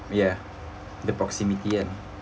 ya the proximity ah